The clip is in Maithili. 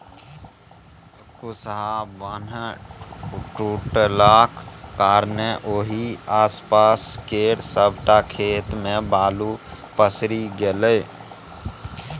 कुसहा बान्ह टुटलाक कारणेँ ओहि आसपास केर सबटा खेत मे बालु पसरि गेलै